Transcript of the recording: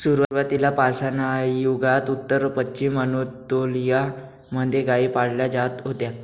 सुरुवातीला पाषाणयुगात उत्तर पश्चिमी अनातोलिया मध्ये गाई पाळल्या जात होत्या